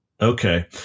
Okay